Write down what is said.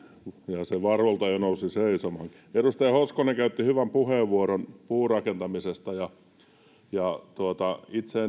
ja se varulta jo nousi seisomaan edustaja hoskonen käytti hyvän puheenvuoron puurakentamisesta itse